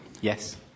Yes